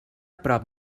prop